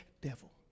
devil